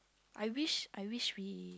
I wish I wish we